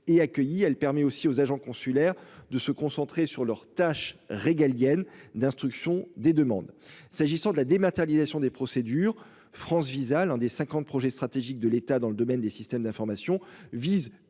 Elle permet aussi aux agents consulaires de se concentrer sur leurs tâches régaliennes d'instruction des demandes s'agissant de la dématérialisation des procédures France VISA, l'un des 50 projets stratégiques de l'État dans le domaine des systèmes d'information vise